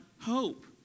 hope